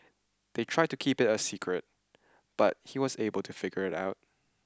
they tried to keep it a secret but he was able to figure it out